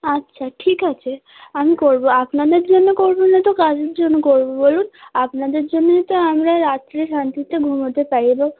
আচ্ছা ঠিক আছে আমি করবো আপনাদের জন্য করবো না তো কাদের জন্য করবো বলুন আপনাদের জন্যেই তো আমরা রাত্রে শান্তিতে ঘুমোতে পারি এব